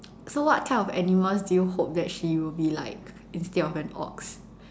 so what kind of animals do you hope that she will be like instead of an ox